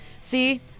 See